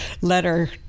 letter